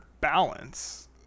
balance